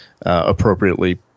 appropriately